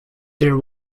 there